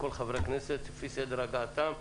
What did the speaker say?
רשות הדיבור לחברי הכנסת לפי סדר הגעתם.